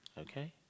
okay